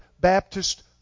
Baptist